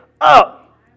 up